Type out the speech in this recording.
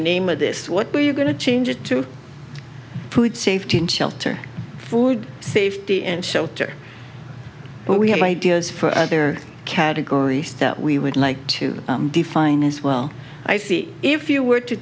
name of this what are you going to change it to food safety and shelter food safety and shelter but we have ideas for other categories we would like to define as well i see if you were to